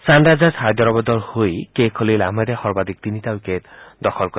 Sunrisers হায়দৰাবাদৰ হৈ K Khaleel আহমেদে সৰ্বাধিক তিনিটা উইকেট দখল কৰে